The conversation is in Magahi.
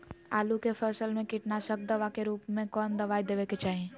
आलू के फसल में कीटनाशक दवा के रूप में कौन दवाई देवे के चाहि?